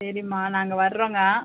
சரிமா நாங்கள் வரோங்க